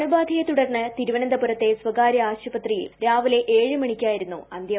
അണുബാധയെ തുടർന്ന് തിരുവനന്തപുരത്തെ സ്ഥകാര്യ ആശുപത്രിയിൽ രാവിലെ ഏഴ് മണിക്കായിരുന്നു അന്ത്യം